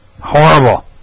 Horrible